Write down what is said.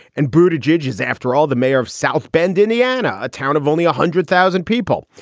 and buti jej jej is, after all, the mayor of south bend, indiana, a town of only a hundred thousand people.